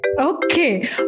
Okay